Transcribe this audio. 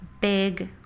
big